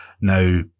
Now